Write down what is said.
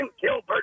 Gilbert